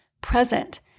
present